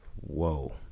Whoa